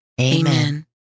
Amen